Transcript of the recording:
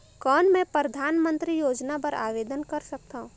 कौन मैं परधानमंतरी योजना बर आवेदन कर सकथव?